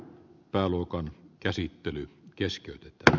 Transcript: pääluokan käsittely keskeytetään